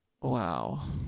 Wow